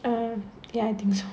err ya I think so